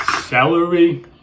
celery